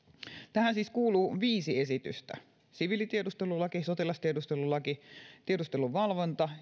tähän siis kuuluu viisi esitystä siviilitiedustelulaki sotilastiedustelulaki tiedustelun valvonta